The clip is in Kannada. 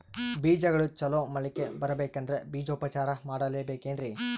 ಬೇಜಗಳು ಚಲೋ ಮೊಳಕೆ ಬರಬೇಕಂದ್ರೆ ಬೇಜೋಪಚಾರ ಮಾಡಲೆಬೇಕೆನ್ರಿ?